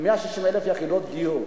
מ-160,000 יחידות דיור,